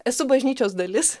esu bažnyčios dalis